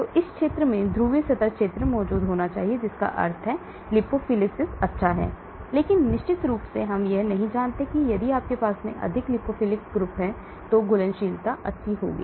तो इस क्षेत्र में ध्रुवीय सतह क्षेत्र मौजूद होना चाहिए जिसका अर्थ है कि लिपोफिलिसिस अच्छा है लेकिन निश्चित रूप से हम यह नहीं जानते हैं कि यदि आपके पास अधिक लिपोफिलिक है तो घुलनशीलता अच्छा होगा